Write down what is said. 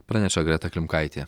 praneša greta klimkaitė